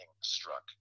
struck